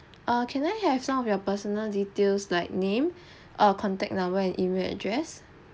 err can I have some of your personal details like name or contact number and email address